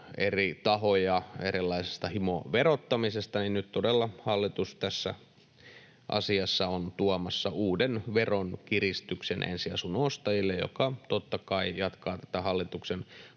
eri tahoja erilaisesta himoverottamisesta, niin nyt todella hallitus tässä asiassa on tuomassa uuden veronkiristyksen ensiasunnon ostajille, mikä totta kai jatkaa tätä hallituksen